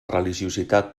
religiositat